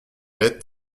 est